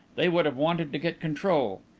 they would have wanted to get control.